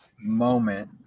moment